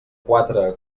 quatre